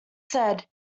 said